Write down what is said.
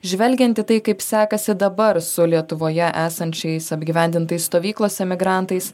žvelgiant į tai kaip sekasi dabar su lietuvoje esančiais apgyvendintais stovyklose migrantais